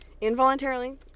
Involuntarily